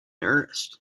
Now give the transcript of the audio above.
earnest